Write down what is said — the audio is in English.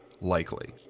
likely